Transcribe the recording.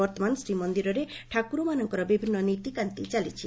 ବର୍ଭମାନ ଶ୍ରୀମନ୍ଦିରରେ ଠାକୁରମାନଙ୍କର ବିଭିନ୍ନ ନୀତିକାନ୍ତି ଚାଲିଛି